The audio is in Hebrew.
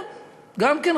אז הם עושים את